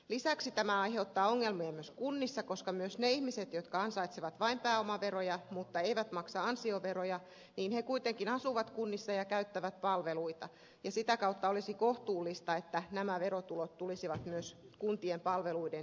lisäksi tämä aiheuttaa ongelmia myös kunnissa koska myös ne ihmiset jotka ansaitsevat vain pääomatuloja mutta eivät maksa ansioveroja kuitenkin asuvat kunnissa ja käyttävät palveluita ja sitä kautta olisi kohtuullista että nämä verotulot tulisivat myös kuntien palveluiden tuotantoon